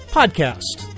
podcast